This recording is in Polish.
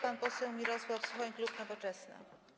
Pan poseł Mirosław Suchoń, klub Nowoczesna.